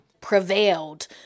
Prevailed